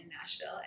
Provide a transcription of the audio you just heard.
Nashville